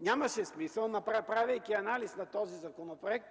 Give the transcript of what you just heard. нямаше смисъл, правейки анализ на този законопроект,